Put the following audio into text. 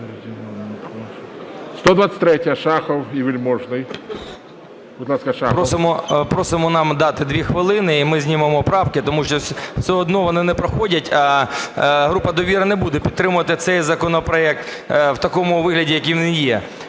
Просимо нам дати 2 хвилини, і ми знімемо правки, тому що все одно вони не проходять. А група "Довіра" не буде підтримувати цей законопроект в такому вигляді, який він є.